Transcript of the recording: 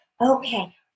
okay